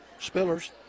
Spillers